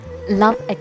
love